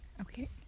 Okay